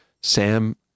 Sam